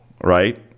right